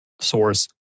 source